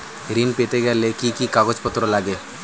ঋণ পেতে গেলে কি কি কাগজপত্র লাগে?